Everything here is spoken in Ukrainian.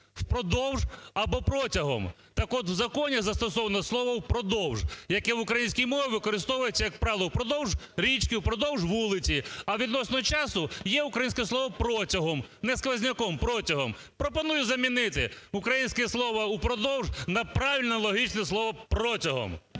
впродовж або протягом. Так от, в законі застосовано слово "впродовж", яке в українській мові використовується, як правило: впродовж річки, впродовж вулиці. А відносно часу є українське слово "протягом", не "сквозняком" – "протягом". Пропоную замінити українське слово "упродовж" на правильне, логічне слово "протягом".